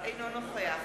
אינו נוכח